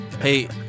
Hey